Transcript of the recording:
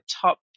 top